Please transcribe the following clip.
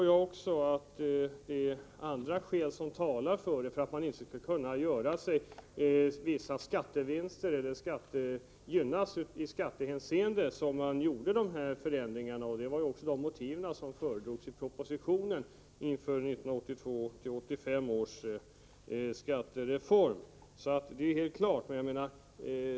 Jag förstår att andra skäl har talat för den här ändringen, att den gjordes för att inte människor skulle gynnas i skattehänseende. Det var också de motiven som framfördes i propositionen inför 1982-1985 års skattereform.